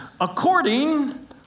according